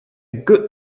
good